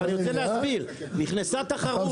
נכנסה תחרות.